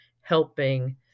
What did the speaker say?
helping